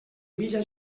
mitja